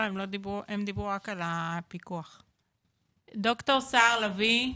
לאותה מעטפת שיקומית מקצועית לפעוטות וילדים שעברו התעללות,